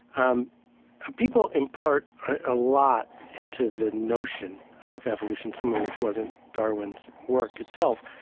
um ah people impart a lot into the notion of evolution some of which wasn't darwin's work itself.